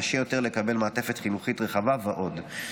קשה יותר לקבל מעטפת חינוך רחבה ועוד.